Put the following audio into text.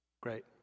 great